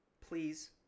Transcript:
please